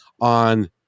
on